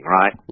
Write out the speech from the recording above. right